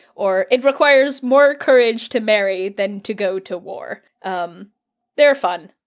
or it requires more courage to marry than to go to war. um they're fun.